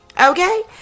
okay